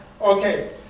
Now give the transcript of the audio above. Okay